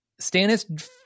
Stannis